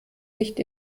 nicht